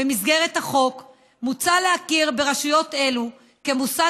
בהצעת החוק מוצע להכיר ברשויות אלו כמוסד